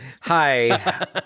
Hi